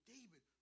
David